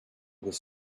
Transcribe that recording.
was